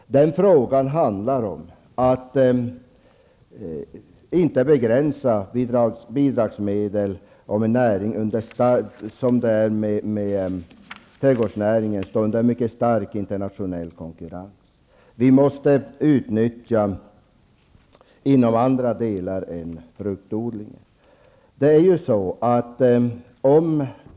Den fråga vi nu diskuterar handlar om att begränsa bidragsmedel till en näring som är utsatt för mycket stark internationell konkurrens. Vi måste utnyttja medel också inom andra delar av trädgårdsnäringen än fruktodlingen.